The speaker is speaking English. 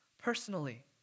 personally